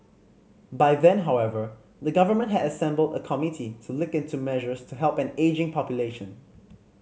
by then however the government had assembled a committee to look into measures to help an ageing population